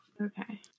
Okay